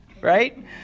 right